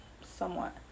Somewhat